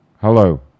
Hello